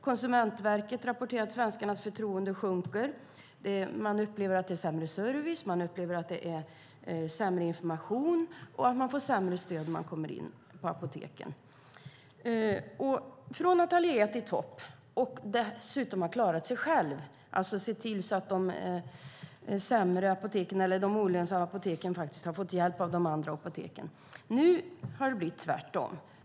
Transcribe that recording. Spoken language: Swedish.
Konsumentverket rapporterar att svenskarnas förtroende för apoteken minskar. Man upplever att det är sämre service och sämre information och att man får sämre stöd när man kommer in på apoteken. Efter att ha legat i topp och dessutom ha klarat sig själva - de olönsamma apoteken har alltså fått hjälp av de andra apoteken - har det nu blivit tvärtom.